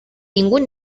ningún